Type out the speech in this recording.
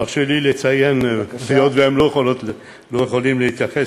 תרשה לי לציין, היות שהם לא יכולים להתייחס,